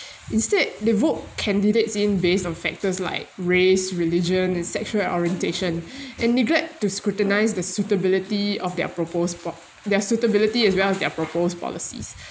instead they vote candidates in based on factors like race religion and sexual orientation and neglect to scrutinise the suitability of their proposed po~ their suitability as well as their proposed policies